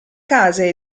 case